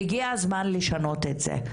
והגיע הזמן לשנות את זה,